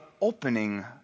opening